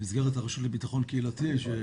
במסגרת הרשות לביטחון קהילתי.